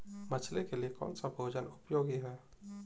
मछली के लिए कौन सा भोजन उपयोगी है?